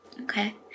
Okay